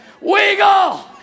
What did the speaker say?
wiggle